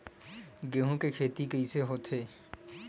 गेहूं के खेती कइसे होथे?